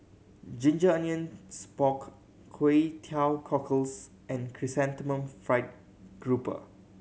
ginger onions pork Kway Teow Cockles and Chrysanthemum Fried Grouper